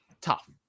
tough